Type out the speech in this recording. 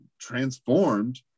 transformed